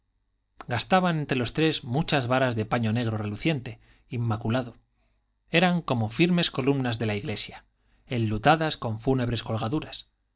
gastaban entre los tres muchas varas de paño negro reluciente inmaculado eran como firmes columnas de la iglesia enlutadas con fúnebres colgaduras